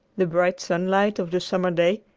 the bright sunlight of the summer day,